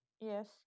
Yes